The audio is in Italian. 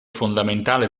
fondamentale